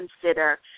consider